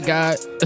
God